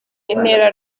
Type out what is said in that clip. intera